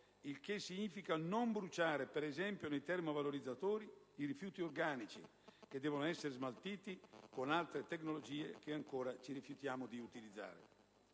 il che significa, per esempio, non bruciare nei termovalorizzatori i rifiuti organici, che devono essere smaltiti con altre tecnologie che ancora ci rifiutiamo di utilizzare.